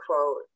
quote